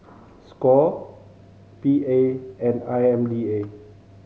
score P A and I M D A